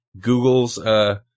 Google's